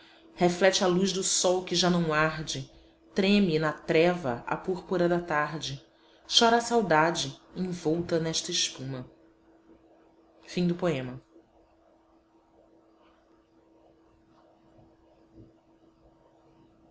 reflete a luz do sol que já não arde treme na treva a púrpura da tarde chora a saudade envolta nesta espuma aurora